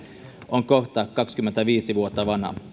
on kohta kaksikymmentäviisi vuotta vanha